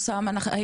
אנחנו נשלח,